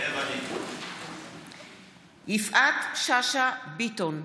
מתחייב אני יפעת שאשא ביטון,